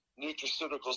nutraceuticals